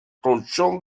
colchón